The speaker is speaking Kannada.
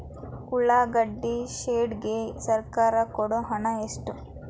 ಉಳ್ಳಾಗಡ್ಡಿ ಶೆಡ್ ಗೆ ಸರ್ಕಾರ ಕೊಡು ಹಣ ಎಷ್ಟು?